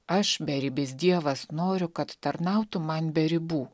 aš beribis dievas noriu kad tarnautum man be ribų